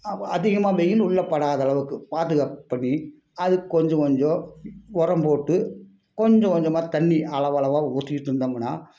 அப்போ அதிகமாக வெயில் உள்ள படாதளவுக்கு பாதுகாப்பு பண்ணி அது கொஞ்சம் கொஞ்சம் உரம் போட்டு கொஞ்சம் கொஞ்சமாக தண்ணி அளவளவாக ஊற்றிட்டு இருந்தோம்னா